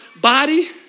Body